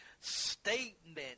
statement